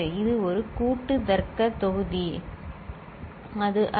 இது இது ஒரு கூட்டு தர்க்கத் தொகுதி அது அல்ல